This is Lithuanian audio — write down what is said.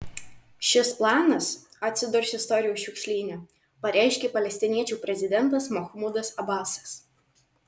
šis planas atsidurs istorijos šiukšlyne pareiškė palestiniečių prezidentas mahmudas abasas